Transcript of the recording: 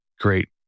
great